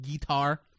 guitar